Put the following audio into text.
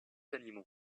animaux